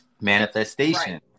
Manifestation